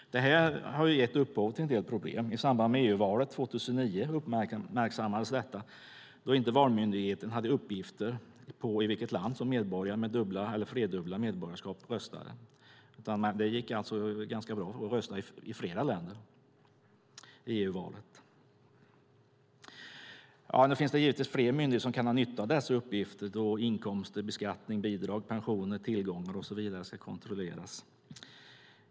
Detta har gett upphov till en del problem. I samband med EU-valet 2009 uppmärksammades detta då Valmyndigheten inte hade uppgifter om i vilket land medborgare med dubbla eller flerdubbla medborgarskap röstade. Det gick ganska bra att rösta i flera länder i EU-valet. Det finns givetvis fler myndigheter som kan ha nytta av dessa uppgifter när inkomster, beskattning, bidrag, pensioner, tillgångar och så vidare ska kontrolleras.